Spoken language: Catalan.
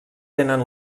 tenen